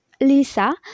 lisa